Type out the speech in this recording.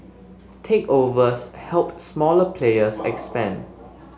takeovers helped smaller players expand